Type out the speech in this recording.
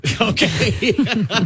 Okay